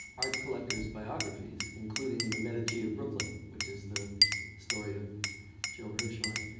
art collectors' biographies, including the medici of brooklyn which is the story of joe hirshhorn.